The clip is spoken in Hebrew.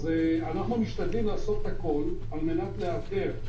אנחנו משתדלים לעשות הכול על-מנת לאתר.